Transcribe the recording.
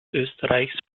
österreichs